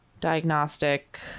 diagnostic